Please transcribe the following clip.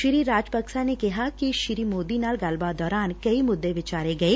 Shri Rajapaksa ਨੇ ਕਿਹਾ ਕਿ ਸ਼ੀ ਮੋਦੀ ਨਾਲ ਗੱਲਬਾਤ ਦੌਰਾਨ ਕਈ ਮੁੱਦੇ ਵਿਚਾਰੇ ਗਏ